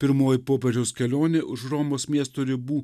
pirmoji popiežiaus kelionė už romos miesto ribų